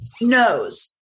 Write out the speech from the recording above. knows